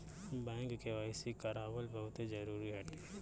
bank KYC करावल बहुते जरुरी हटे